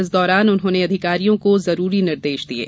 इस दौरान उन्होंने अधिकारियों को जरूरी निर्देश दिये